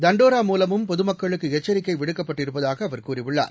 தண்டோரா மூலமும் பொது மக்களுக்கு எச்சரிக்கை விடுக்கப்பட்டிருப்பதாக அவர் கூறியுள்ளார்